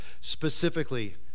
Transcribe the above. specifically